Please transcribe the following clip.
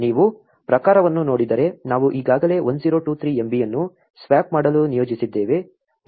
ನೀವು ಪ್ರಕಾರವನ್ನು ನೋಡಿದರೆ ನಾವು ಈಗಾಗಲೇ 1023 MB ಅನ್ನು ಸ್ವಾಪ್ ಮಾಡಲು ನಿಯೋಜಿಸಿದ್ದೇವೆ